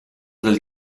del